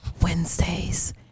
Wednesdays